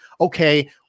okay